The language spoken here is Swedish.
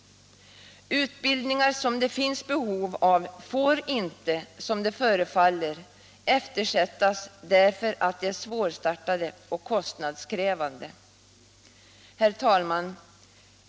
Utbildning som det finns behov av får inte eftersättas bara därför att de är svårstartade och kostnadskrävande. Herr talman!